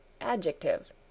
ADJECTIVE